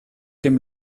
dem